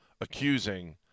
accusing